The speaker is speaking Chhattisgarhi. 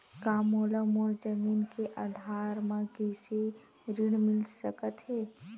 का मोला मोर जमीन के आधार म कृषि ऋण मिल सकत हे?